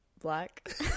Black